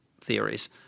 theories